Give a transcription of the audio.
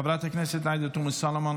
חברת הכנסת עאידה תומא סלימאן,